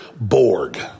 Borg